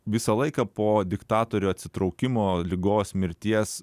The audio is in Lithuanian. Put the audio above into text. visą laiką po diktatorių atsitraukimo ligos mirties